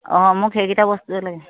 অঁ মোক সেইগিটা বস্তুৱেই লাগে